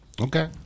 Okay